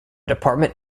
department